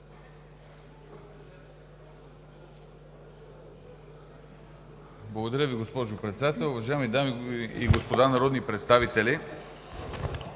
Благодаря Ви, госпожо Председател. Уважаеми дами и господа народни представители!